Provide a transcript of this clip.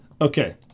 Okay